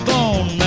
Bone